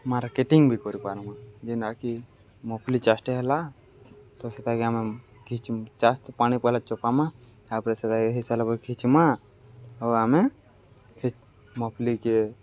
marketing ବି କରିପାର୍ମା ଯେନ୍ଟାକି ମୁଗ୍ଫୁଲି ଚାଷ୍ଟେ ହେଲା ତ ସେତାକେ ଆମେ ଘିଚ୍ ଚାଷ୍ ପାଣି ପହେଲା ଛପାମା ତା'ପରେ ସେତାକେ ହେଇସାର୍ଲା ପରେ ଘିଚ୍ମା ଆଉ ଆମେ ମୁଗ୍ଫୁଲିକେ